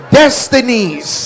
destinies